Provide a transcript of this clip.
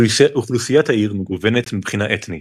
אוכלוסיית העיר מגוונת מבחינה אתנית,